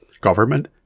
Government